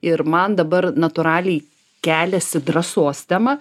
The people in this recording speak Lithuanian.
ir man dabar natūraliai keliasi drąsos tema